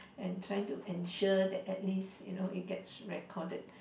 and trying to ensure that at least you know it gets recorded